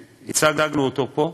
והצגנו אותו פה,